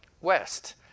west